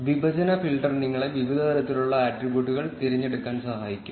വിഭജന ഫിൽട്ടർ നിങ്ങളെ വിവിധ തലത്തിലുള്ള ആട്രിബ്യൂട്ടുകൾ തിരഞ്ഞെടുക്കാൻ സഹായിക്കും